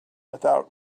without